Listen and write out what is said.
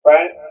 Right